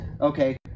Okay